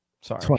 sorry